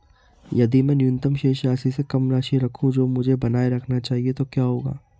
यदि मैं न्यूनतम शेष राशि से कम राशि रखूं जो मुझे बनाए रखना चाहिए तो क्या होगा?